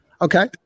Okay